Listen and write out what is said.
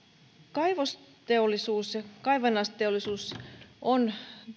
kaivosteollisuus ja kaivannaisteollisuus on